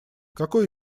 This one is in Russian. какой